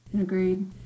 Agreed